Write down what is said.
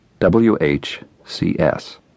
WHCS